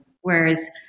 Whereas